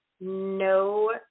no